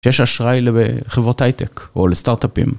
שיש אשראי בחברות הייטק או לסטארט-אפים.